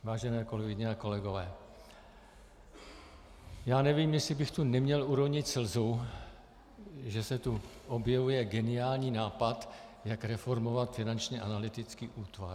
Vážené kolegyně a kolegové, nevím, jestli bych tu neměl uronit slzu, že se tu objevuje geniální nápad, jak reformovat Finanční analytický útvar.